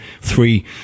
three